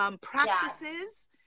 practices